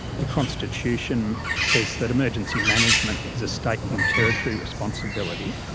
the constitution says that emergency management is a state and territory responsibility.